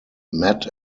matt